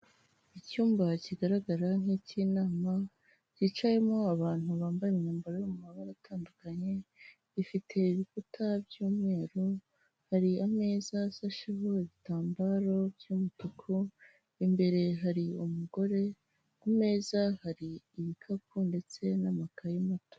Icyumba kigaragara nk'icy'inama, cyicayemo abantu bambaye imyambaro yo mu mabara atandukanye, gifite ibikuta by'umweru, hari ameza asasheho ibitambaro by'umutuku, imbere hari umugore, ku meza hari ibikapu ndetse n'amakayi mato.